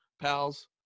pals